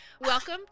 welcome